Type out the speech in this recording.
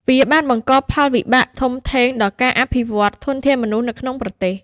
វាបានបង្កផលវិបាកធំធេងដល់ការអភិវឌ្ឍន៍ធនធានមនុស្សនៅក្នុងប្រទេស។